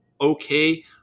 okay